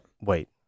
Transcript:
Wait